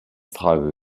frage